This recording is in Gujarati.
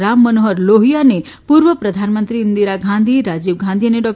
રામ મનોહર લોહિયા અને પૂર્વ પ્રધાનમંત્રી ઇન્દિરા ગાંધી રાજીવ ગાંધી અને ડો